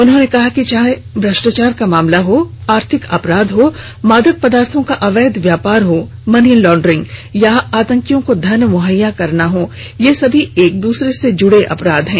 उन्होंने कहा कि चाहे भ्रष्टाचार का मामला हो आर्थिक अपराध हों मादक पदार्थों का अवैध व्यापार हो मनी लॉन्ड्रिंग हो या आतंकियों को धन मुहैया करना हो ये सभी एक दूसरे से जुड़े अपराध हैं